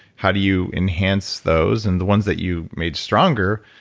how do you enhance those? and the ones that you made stronger,